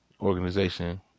organization